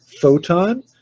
Photon